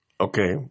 Okay